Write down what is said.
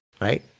right